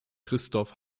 christoph